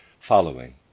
following